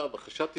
בהכחשת עסקה,